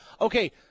okay